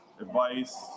advice